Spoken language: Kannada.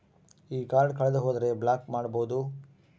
ಈ ಕಾರ್ಡ್ ಕಳೆದು ಹೋದರೆ ಬ್ಲಾಕ್ ಮಾಡಬಹುದು?